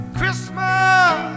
Christmas